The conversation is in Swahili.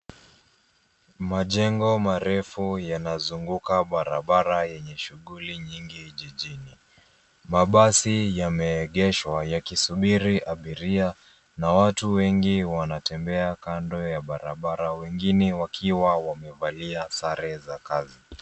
Majengo marefu yanazunguka barabara yenye shughuli nyingi jijini. Mabasi yameegeshwa yakisubiri abiria, na watu wengi wanatembea kando ya barabara, wengine wakiwa wamevalia sare za kazi.